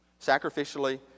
Sacrificially